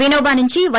వినోబా నుంచి వై